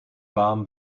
warm